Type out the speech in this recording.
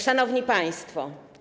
Szanowni Państwo!